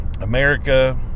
America